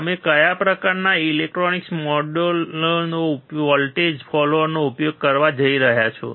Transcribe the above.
તમે કયા પ્રકારના ઇલેક્ટ્રોનિક મોડ્યુલોમાં વોલ્ટેજ ફોલોઅરનો ઉપયોગ કરવા જઇ રહ્યા છો